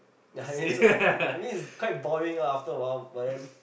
ya I think so I mean it's quite boring ah after awhile but then